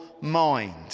mind